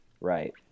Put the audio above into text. right